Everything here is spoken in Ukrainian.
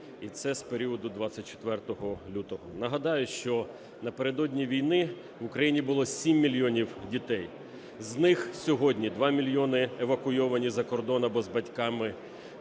І це з періоду з 24 лютого. Нагадаю, що напередодні війни в Україні було 7 мільйонів дітей, з них сьогодні 2 мільйони евакуйовані за кордон, або з батьками,